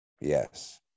Yes